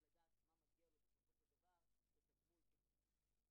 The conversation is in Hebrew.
בסעיף 4 לאותו חוק מדובר על היפוך נטל ההוכחה.